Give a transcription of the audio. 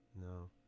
No